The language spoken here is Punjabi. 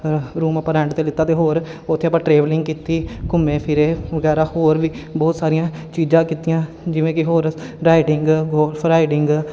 ਰੂਮ ਆਪਾਂ ਰੈਂਟ 'ਤੇ ਲਿੱਤਾ ਅਤੇ ਹੋਰ ਉੱਥੇ ਆਪਾਂ ਟ੍ਰੈਵਲਿੰਗ ਕੀਤੀ ਘੁੰਮੇ ਫਿਰੇ ਵਗੈਰਾ ਹੋਰ ਵੀ ਬਹੁਤ ਸਾਰੀਆਂ ਚੀਜ਼ਾਂ ਕੀਤੀਆਂ ਜਿਵੇਂ ਕਿ ਹੋਰਸ ਰਾਈਡਿੰਗ ਗੋਲਫ ਰਾਈਡਿੰਗ